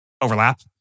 overlap